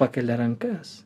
pakelia rankas